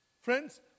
Friends